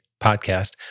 podcast